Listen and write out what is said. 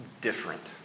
different